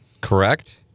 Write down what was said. Correct